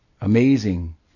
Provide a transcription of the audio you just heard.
amazing